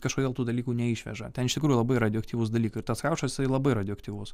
kažkodėl tų dalykų neišveža ten iš tikrųjų labai radioaktyvūs dalykai ir tas kiaušas jisai labai radioaktyvus